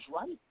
right